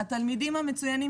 יש תלמידים מצוינים